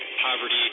poverty